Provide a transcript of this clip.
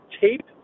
tape